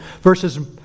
verses